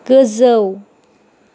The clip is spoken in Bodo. गोजौ